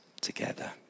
together